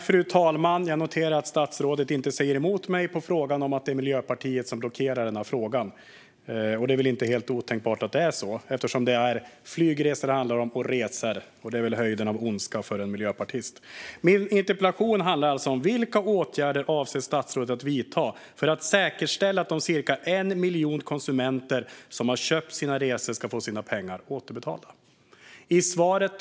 Fru talman! Jag noterar att statsrådet inte säger emot mig i att det är Miljöpartiet som blockerar frågan. Det är väl inte helt otänkbart att det är så, eftersom det är flygresor och resor det handlar om. Det är väl höjden av ondska för en miljöpartist. Min interpellation handlar alltså om vilka åtgärder statsrådet avser att vidta för att säkerställa att de ca 1 miljon konsumenter som har köpt resor ska få sina pengar återbetalda.